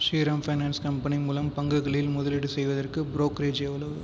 Sriram finance company மூலம் பங்குகளில் முதலீடு செய்வதற்கு ப்ரோக்கரேஜ் எவ்வளவு